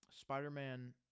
Spider-Man